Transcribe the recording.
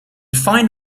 find